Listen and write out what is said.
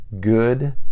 good